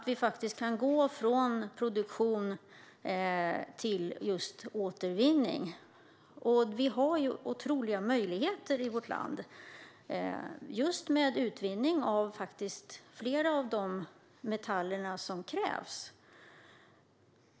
Vi måste kunna gå från produktion till återvinning. I vårt land har vi otroliga möjligheter för att utvinna flera av de metaller som krävs.